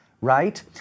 right